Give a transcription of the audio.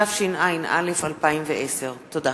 התשע"א 2010. תודה.